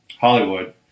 Hollywood